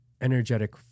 energetic